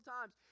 times